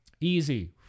Easy